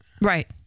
Right